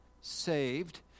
saved